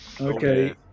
Okay